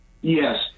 Yes